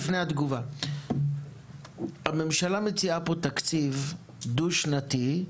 אבל שאלה לפני התגובה: הממשלה מציעה פה תקציב דו שנתי,